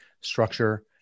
Structure